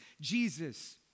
Jesus